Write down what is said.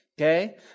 Okay